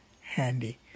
handy